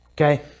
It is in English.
Okay